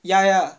ya ya